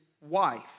wife